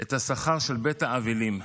את השכר של בית האבלים: